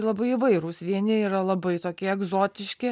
labai įvairūs vieni yra labai tokie egzotiški